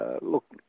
look